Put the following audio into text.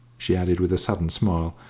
she added, with a sudden smile,